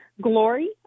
Glory